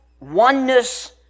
oneness